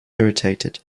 irritated